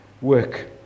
work